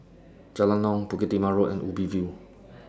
Jalan Naung Bukit Timah Road and Ubi View